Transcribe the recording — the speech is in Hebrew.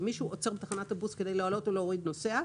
אם מישהו עוצר בתחנת אוטובוס כדי להעלות או להוריד נוסע,